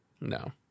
No